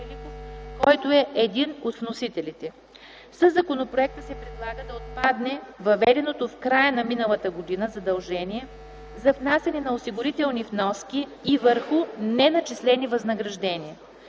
който е един от вносителите. Със законопроекта се предлага да отпадне въведеното в края на миналата година задължение за внасяне на осигурителни вноски и върху неначислени възнаграждения.